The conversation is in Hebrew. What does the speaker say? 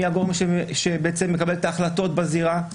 מי הגורם שבעצם מקבל את ההחלטות בזירה.